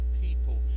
people